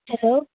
hello